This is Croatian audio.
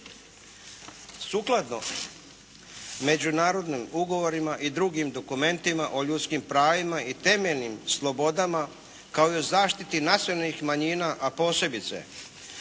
sukladno međunarodnim ugovorima i drugim dokumentima o ljudskim pravima i temeljnim slobodama kao i u zaštiti nacionalnih manjina a posebice